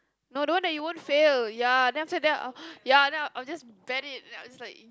no don't that you won't fail ya then after that uh ya then I'll I'll just bet it and I'll just like